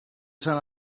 sant